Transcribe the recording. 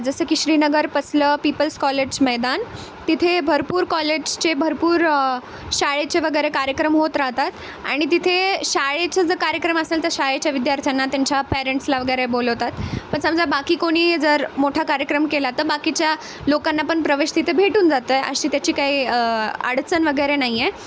जसं की श्रीनगर पसलं पीपल्स कॉलेज मैदान तिथे भरपूर कॉलेजचे भरपूर शाळेचे वगैरे कार्यक्रम होत राहतात आणि तिथे शाळेचे जर कार्यक्रम असेल तर शाळेच्या विद्यार्थ्यांना त्यांच्या पॅरेंट्सला वगैरे बोलवतात पण समजा बाकी कोणी जर मोठा कार्यक्रम केला तर बाकीच्या लोकांना पण प्रवेश तिथे भेटून जातं आहे अशी त्याची काही अडचण वगैरे नाही आहे